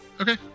Okay